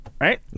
Right